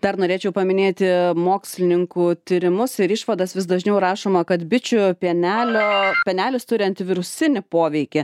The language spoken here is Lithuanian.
dar norėčiau paminėti mokslininkų tyrimus ir išvadas vis dažniau rašoma kad bičių pienelio pienelis turi antivirusinį poveikį